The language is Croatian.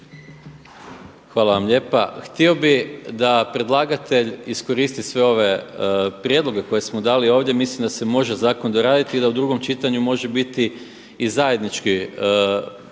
Hvala vam lijepa. Htio bi da predlagatelj iskoristi sve ove prijedloge koje smo dali ovdje, mislim da se može zakon doraditi i da u drugom čitanju može biti i zajednički unisono